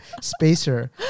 spacer